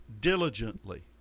diligently